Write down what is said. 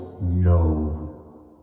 no